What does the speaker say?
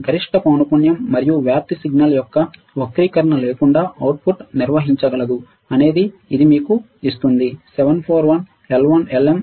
గరిష్ట పౌనపున్యం మరియు వ్యాప్తి సిగ్నల్ యొక్క వక్రీకరణ లేకుండా అవుట్పుట్ నిర్వహించగలదు అనేది ఇది మీకు ఇస్తుంది